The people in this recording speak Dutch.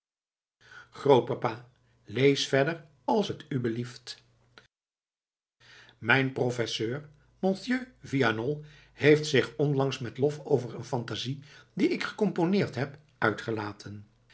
grootpapa lees verder als t u belieft mijn professeur monsieur vianol heeft zich onlangs met lof over een phantasie die ik gecomponeerd heb uitgelaten